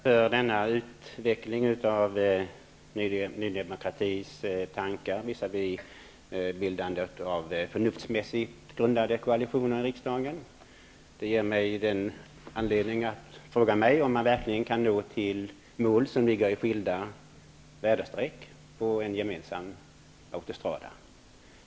Herr talman! Jag tackar för denna utveckling av Ny demokratis tankar om förnuftsmässigt grundade koalitioner i riksdagen. Det ger mig anledning att fråga mig om man verkligen kan nå till mål som ligger i skilda väderstreck på en gemensam autostrada.